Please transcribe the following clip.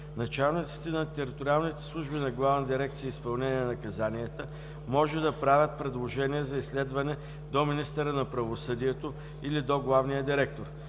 Главна дирекция „Изпълнение на наказанията“ може да правят предложение за изследване до министъра на правосъдието или до главния директор.